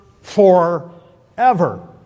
forever